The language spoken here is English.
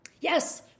Yes